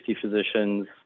physicians